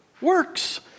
works